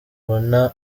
bona